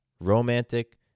romantic